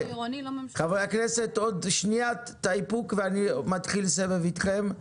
חברי הכנסת עוד שנייה את האיפוק ואני מתחיל סבב איתכם.